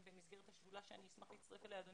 במסגרת השדולה שאני אשמח להצטרף אליה ואני